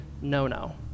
no-no